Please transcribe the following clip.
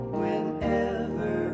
whenever